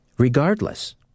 Regardless